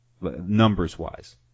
numbers-wise